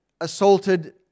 assaulted